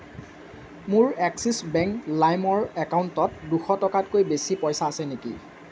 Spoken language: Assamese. মোৰ এক্সিছ বেংক লাইমৰ একাউণ্টত দুশ টকাতকৈ বেছি পইচা আছে নেকি